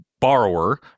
borrower